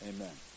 Amen